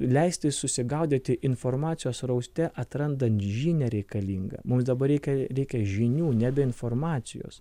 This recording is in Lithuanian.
leisti susigaudyti informacijos sraute atrandant žinią reikalingą mums dabar reikia reikia žinių nebe informacijos